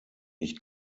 ich